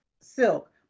silk